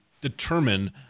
determine –